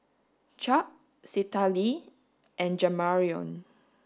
Chuck Citlalli and Jamarion